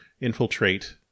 infiltrate